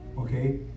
Okay